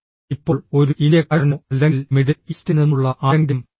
ഇപ്പോൾ ഒരു ഇന്ത്യക്കാരനോ അല്ലെങ്കിൽ മിഡിൽ ഈസ്റ്റിൽ നിന്നുള്ള ആരെങ്കിലും 9